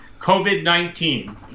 COVID-19